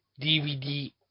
DVD